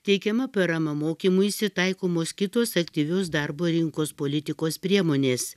teikiama parama mokymuisi taikomos kitos aktyvios darbo rinkos politikos priemonės